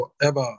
forever